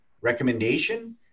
recommendation